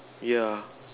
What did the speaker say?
yeah